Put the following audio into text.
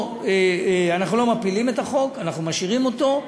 אנחנו לא מפילים את החוק, אנחנו משאירים אותו,